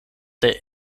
der